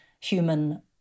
human